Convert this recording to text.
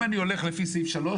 אם אני הולך לפי פסקה (3),